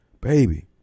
Baby